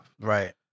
Right